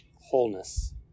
wholeness